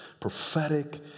prophetic